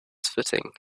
footing